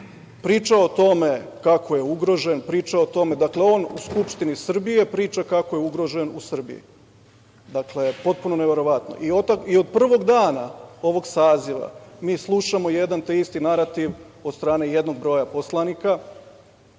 Priča o tome kako je ugrožen, priča o tome, dakle on u Skupštini Srbije, priča kako je ugrožen u Srbiji. Dakle, potpuno neverovatno. I od prvog dana ovog Saziva mi slušamo jedan te isti narativ od strane jednog broja poslanika